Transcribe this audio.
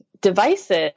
devices